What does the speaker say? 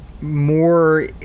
more